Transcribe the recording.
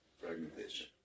Fragmentation